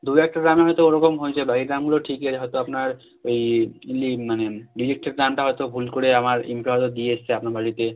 দু একটা ড্রামে হয়তো ওরকম হয়েছে বাকি ড্রামগুলো ঠিকই আছে হয়তো আপনার ওই লি মানে রিজেক্টেড ড্রামটা হয়তো ভুল করে আমার দিয়ে এসেছে আপনার বাড়িতে